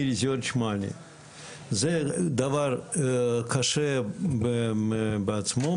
זה דבר קשה בעצמו.